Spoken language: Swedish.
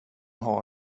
har